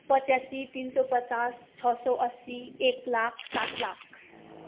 पच्यासी तिन सय पचास छ सय अस्सी एक लाख सात लाख